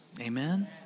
Amen